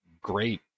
great